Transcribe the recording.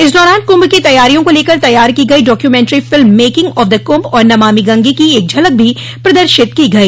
इस दौरान कभ की तैयारियों को लेकर तैयार की गई documentary film making of the Kumbh और नमामि गंगे की एक झलक भी प्रदर्शित की गई